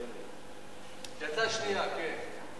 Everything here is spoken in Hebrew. יצא שנייה, כן.